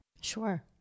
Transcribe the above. Sure